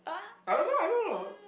I don't know I don't know